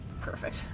Perfect